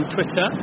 Twitter